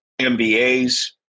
MBAs